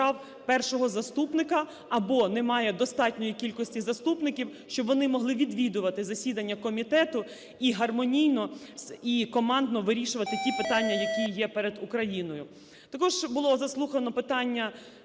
Також було заслухано питання